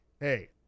hey